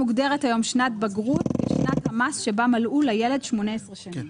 מוגדרת היום שנת בגרות כשנת המס שבה מלאו לילד 18 שנים.